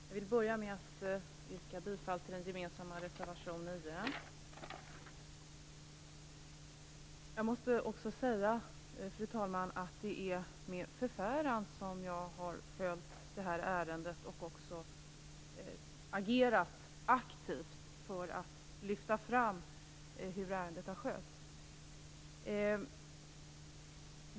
Fru talman! Jag vill börja med att yrka bifall till den gemensamma reservationen nr 9. Jag måste också säga, fru talman, att det är med förfäran som jag har följt det här ärendet, och jag har agerat aktivt för att lyfta fram det sätt som ärendet har skötts på.